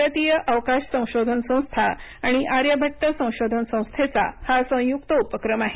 भारतीय अवकाश संशोधन संस्था आणि आर्यभट्ट संशोधन संस्थेचा हा संयुक्त उपक्रम आहे